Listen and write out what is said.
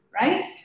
right